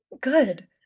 Good